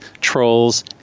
trolls